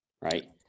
Right